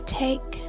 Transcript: take